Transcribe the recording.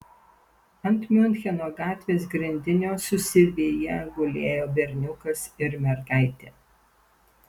ant miuncheno gatvės grindinio susiviję gulėjo berniukas ir mergaitė